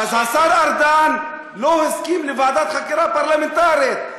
אז השר ארדן לא הסכים לוועדת חקירה פרלמנטרית.